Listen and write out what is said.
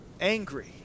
angry